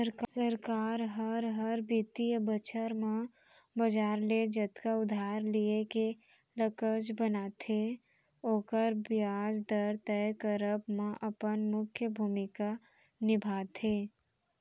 सरकार हर, हर बित्तीय बछर म बजार ले जतका उधार लिये के लक्छ बनाथे ओकर बियाज दर तय करब म अपन मुख्य भूमिका निभाथे